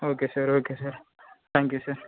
okay sir okay sir thank you sir